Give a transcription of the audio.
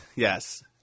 Yes